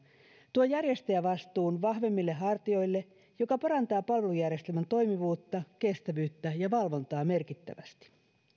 tuo järjestäjävastuun vahvemmille hartioille mikä parantaa palvelujärjestelmän toimivuutta kestävyyttä ja valvontaa merkittävästi